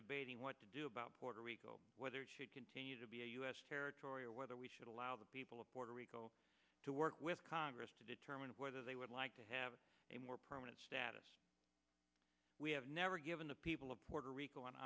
debating what to do about puerto rico whether continue to be a u s territory or whether we should allow the people of puerto rico to work with congress to determine whether they would like to i have a more permanent status we have never given the people of puerto rico an